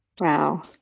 Wow